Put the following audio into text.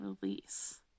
release